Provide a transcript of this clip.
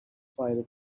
fighter